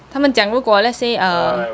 他们讲如果 let's say uh